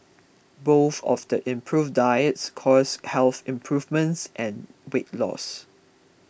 both of the improved diets caused health improvements and weight loss